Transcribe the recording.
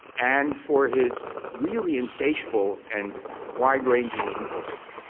and for his really insatiable and wide-ranging intellect.